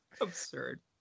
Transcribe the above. absurd